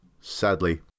Sadly